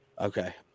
Okay